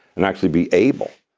and actually be able.